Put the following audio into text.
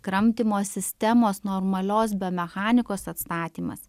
kramtymo sistemos normalios biomechanikos atstatymas